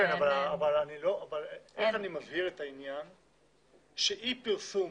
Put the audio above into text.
איך אני מבהיר שאי-פרסום